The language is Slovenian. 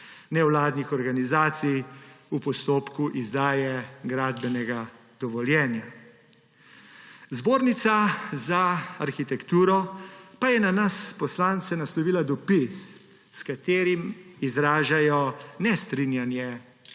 nevladnih organizacij v postopku izdaje gradbenega dovoljenja. Zbornica za arhitekturo pa je na nas poslance naslovila dopis, s katerim izražajo nestrinjanje